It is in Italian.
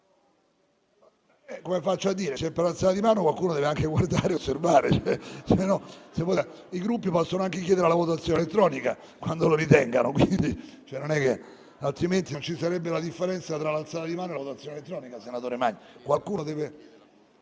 Se la votazione è per alzata di mano qualcuno deve anche guardare, osservare. I Gruppi possono anche chiedere la votazione elettronica quando lo ritengano, altrimenti non ci sarebbe la differenza tra la votazione per alzata di mano e la votazione elettronica, senatore Magni.